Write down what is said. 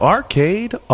Arcade